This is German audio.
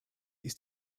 ist